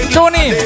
Tony